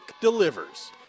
delivers